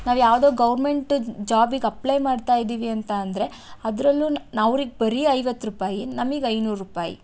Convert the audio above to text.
ನಾವು ಯಾವುದೋ ಗೌರ್ಮೆಂಟು ಜಾಬಿಗೆ ಅಪ್ಲೈ ಮಾಡ್ತಾ ಇದ್ದೀವಿ ಅಂತ ಅಂದರೆ ಅದರಲ್ಲೂ ನ್ ಅವ್ರಿಗೆ ಬರೇ ಐವತ್ತು ರೂಪಾಯಿ ನಮಗೆ ಐನೂರು ರೂಪಾಯಿ